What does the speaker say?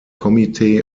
committee